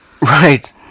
Right